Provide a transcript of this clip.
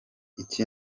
iki